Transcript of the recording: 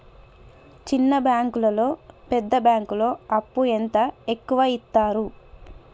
చిన్న బ్యాంకులలో పెద్ద బ్యాంకులో అప్పు ఎంత ఎక్కువ యిత్తరు?